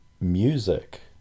music